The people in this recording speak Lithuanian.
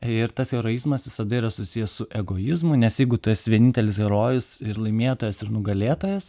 ir tas heroizmas visada yra susijęs su egoizmu nes jeigu tas vienintelis herojus ir laimėtojas ir nugalėtojas